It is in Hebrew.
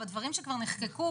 בדברים שכבר נחקקו,